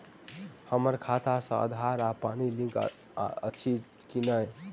हम्मर खाता सऽ आधार आ पानि लिंक अछि की नहि?